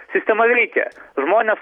sistema veikia žmonės